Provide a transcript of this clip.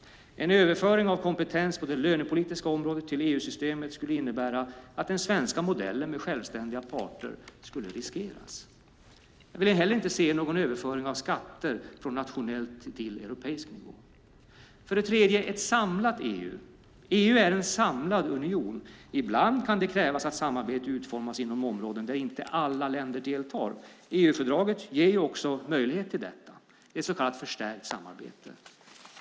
En överföring av kompetens på det lönepolitiska området till EU-systemet skulle innebära att den svenska modellen med självständiga parter riskeras. Jag vill inte heller se någon överföring av skatter från nationell till europeisk nivå. För det tredje: ett samlat EU. EU är en samlad union. Ibland kan det krävas att samarbete utformas inom områden där inte alla länder deltar. EU-fördraget ger också möjlighet till detta, ett så kallat förstärkt samarbete.